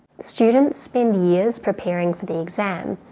students spend years preparing for the exam,